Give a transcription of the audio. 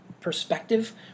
perspective